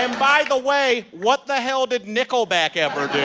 ah by the way, what the hell did nickelback ever do?